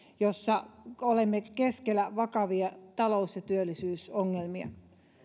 jossa olemme keskellä vakavia talous ja työllisyysongelmia